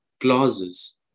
clauses